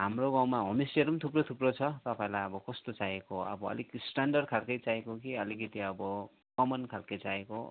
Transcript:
हाम्रो गाउँमा होमस्टेहरू पनि थुप्रो थुप्रो छ तपाईँलाई अब कस्तो चाहिएको हो अब अलिक स्ट्यान्डर्ड खालको चाहिएको कि अलिकति अब कमन खालको चाहिएको हो